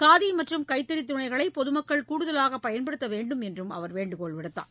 காதி மற்றும் கைத்தறித் துணிகளை பொதுமக்கள் கூடுதலாக பயன்படுத்த வேண்டும் என்றும் அவர் வேண்டுகோள் விடுத்தார்